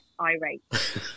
irate